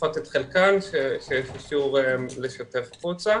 לפחות את חלקם שבחרו לשתף החוצה,